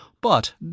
But